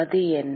அது என்ன